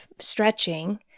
stretching